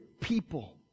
people